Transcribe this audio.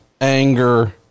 anger